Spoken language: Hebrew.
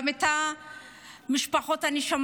אני שמעתי גם את המשפחות בוועדות.